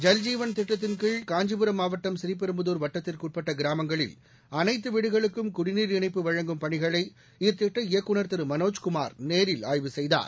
ஜல்ஜீவன் திட்டத்தின் கீழ் காஞ்சிபுரம் மாவட்டம் ஸ்ரீபெரும்புதூர் வட்டத்திற்குட்பட்ட கிராமங்களில் அனைத்து வீடுகளுக்கும் குடிநீர் இணைப்பு வழங்கும் பணிகளை இத்திட்ட இயக்குறர் திரு மனோஜ்குமார் நேரில் ஆய்வு செய்தார்